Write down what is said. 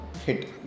Hit